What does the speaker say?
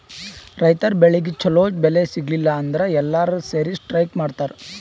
ರೈತರ್ ಬೆಳಿಗ್ ಛಲೋ ಬೆಲೆ ಸಿಗಲಿಲ್ಲ ಅಂದ್ರ ಎಲ್ಲಾರ್ ಸೇರಿ ಸ್ಟ್ರೈಕ್ ಮಾಡ್ತರ್